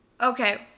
Okay